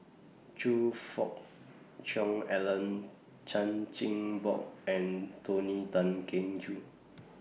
Choe Fook Cheong Alan Chan Chin Bock and Tony Tan Keng Joo